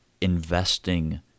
investing